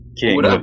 King